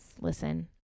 listen